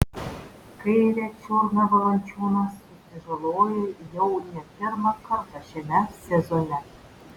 kairę čiurną valančiūnas susižalojo jau ne pirmą kartą šiame sezone